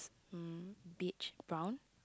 um beach brown